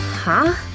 huh?